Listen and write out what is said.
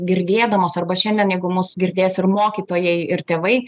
girdėdamas arba šiandien jeigu mus girdės ir mokytojai ir tėvai